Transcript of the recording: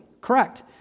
correct